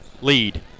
lead